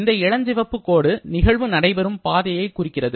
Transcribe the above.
இந்த இளஞ்சிவப்பு கோடு நிகழ்வு நடைபெறும் பாதையை குறிக்கிறது